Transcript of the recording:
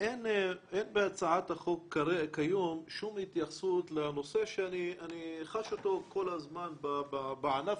אין בהצעת החוק כיום שום התייחסות לנושא שאני חש אותו כל הזמן בענף,